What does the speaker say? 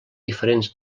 diferents